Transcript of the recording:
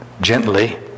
Gently